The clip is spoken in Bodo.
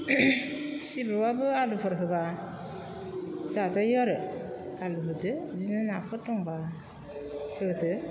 सिब्रुआबो आलुफोर होब्ला जाजायो आरो आलु होदो बिदिनो नाफोर दंब्ला होदो